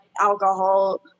alcohol